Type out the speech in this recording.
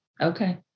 Okay